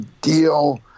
deal